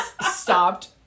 stopped